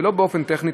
ולא באופן טכני,